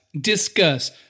discuss